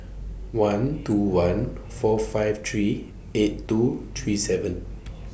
one two one four five three eight two three seven